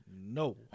no